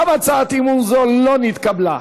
גם הצעת אי-אמון זו לא נתקבלה.